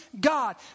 God